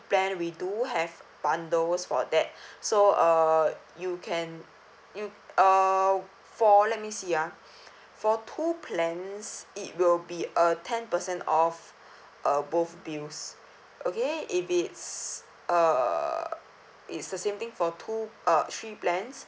plan we do have bundles for that so uh you can you uh for let me see ah for two plans it will be a ten percent off uh both deals okay if it's uh it's the same thing for two uh three plans